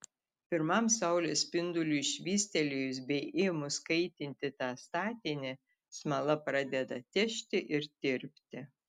pirmam saulės spinduliui švystelėjus bei ėmus kaitinti tą statinį smala pradeda težti ir tirpti